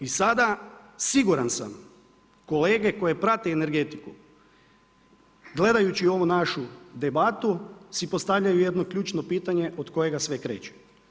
I sada siguran sam, kolege koji prate energetiku, gledajući ovu našu debatu si postavljaju jedno ključno pitanje od kojega sve kreće.